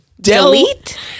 delete